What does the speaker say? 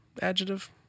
Adjective